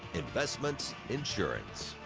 investment, insurance.